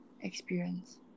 experience